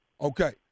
Okay